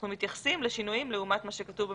אנחנו מתייחסים לשינויים לעומת מה שכתוב במסמכים.